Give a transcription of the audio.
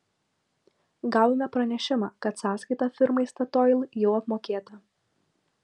gavome pranešimą kad sąskaita firmai statoil jau apmokėta